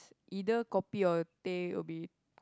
either kopi or teh will be